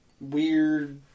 weird